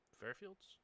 Fairfield's